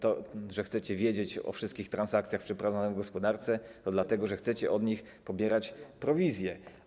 To, że chcecie wiedzieć o wszystkich transakcjach przeprowadzanych w gospodarce, to dlatego że chcecie od nich pobierać prowizję.